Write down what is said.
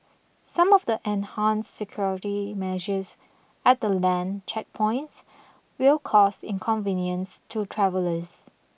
some of the enhanced security measures at the land checkpoints will cause inconvenience to travellers